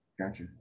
Gotcha